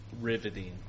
riveting